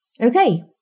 Okay